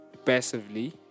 Passively